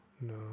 no